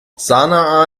sanaa